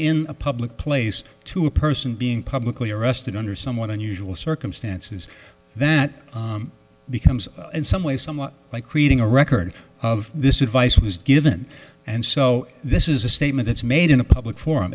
in a public place to a person being publicly arrested under somewhat unusual circumstances that becomes in some way somewhat like creating a record of this advice was given and so this is a statement that's made in a public forum